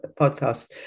podcast